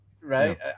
right